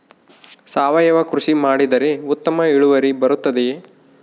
ಸಾವಯುವ ಕೃಷಿ ಮಾಡಿದರೆ ಉತ್ತಮ ಇಳುವರಿ ಬರುತ್ತದೆಯೇ?